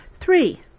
Three